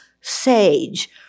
sage